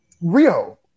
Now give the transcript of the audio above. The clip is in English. Rio